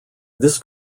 this